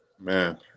Man